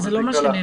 זה לא מה שנאמר.